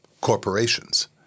corporations